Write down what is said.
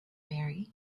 barre